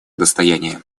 достояние